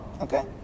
okay